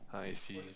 I see